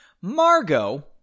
Margot